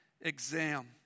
exam